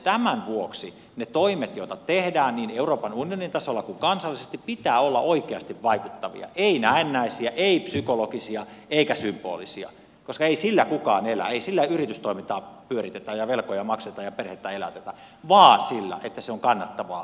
tämän vuoksi niiden toimien joita tehdään niin euroopan unionin tasolla kuin kansallisesti pitää olla oikeasti vaikuttavia ei näennäisiä ei psykologisia eikä symbolisia koska ei sillä kukaan elä ei sillä yritystoimintaa pyöritetä ja velkoja makseta ja perhettä elätetä vaan sillä että se toiminta on kannattavaa